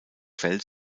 feld